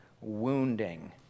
wounding